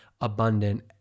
abundant